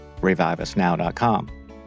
reviveusnow.com